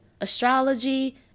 astrology